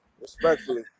Respectfully